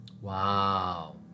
Wow